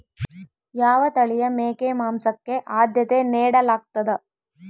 ಯಾವ ತಳಿಯ ಮೇಕೆ ಮಾಂಸಕ್ಕೆ, ಆದ್ಯತೆ ನೇಡಲಾಗ್ತದ?